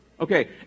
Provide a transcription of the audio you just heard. Okay